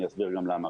ואני אסביר גם למה.